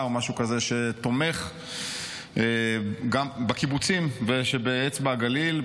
או משהו כזה שתומך בקיבוצים באצבע הגליל,